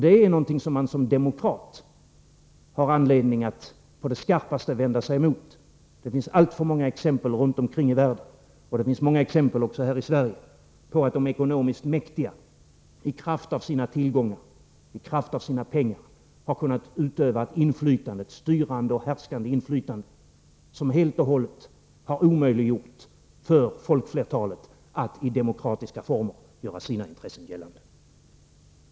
Detta är någonting som man som demokrat har anledning att på det skarpaste vända sig emot. Det finns alltför många exempel runt omkring i världen — och det finns många exempel också här i Sverige — på att de ekonomiskt mäktiga i kraft av sina tillgångar, i kraft av sina pengar har kunnat utöva ett styrande och härskande inflytande som helt och hållet har omöjliggjort för folkflertalet att i demokratiska former göra sina intressen gällande.